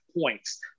points